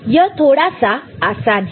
तो यह थोड़ा सा आसान है